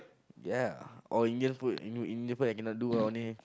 ya or Indian food you know Indian food I cannot do Ondeh-Ondeh